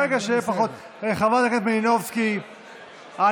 רגע, שיהיה לפחות, חברת הכנסת מלינובסקי, אנא.